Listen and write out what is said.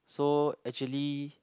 so actually